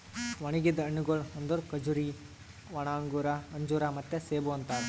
ಒಣುಗಿದ್ ಹಣ್ಣಗೊಳ್ ಅಂದುರ್ ಖಜೂರಿ, ಒಣ ಅಂಗೂರ, ಅಂಜೂರ ಮತ್ತ ಸೇಬು ಅಂತಾರ್